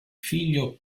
figlio